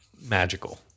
magical